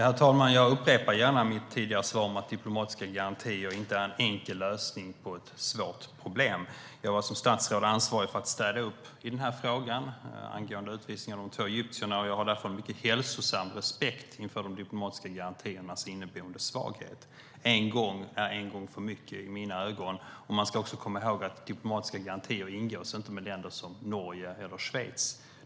Herr talman! Jag upprepar gärna mitt tidigare svar om att diplomatiska garantier inte är en enkel lösning på ett svårt problem. Jag var som statsråd ansvarig för att städa upp i frågan om utvisningen av de två egyptierna, och jag har därför en mycket hälsosam respekt för de diplomatiska garantiernas inneboende svaghet. En gång är en gång för mycket i mina ögon. Man ska också komma ihåg att diplomatiska garantier inte ingås med länder som Norge eller Schweiz.